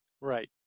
Right